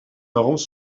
parents